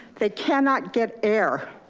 they cannot get air.